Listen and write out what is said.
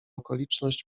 okoliczność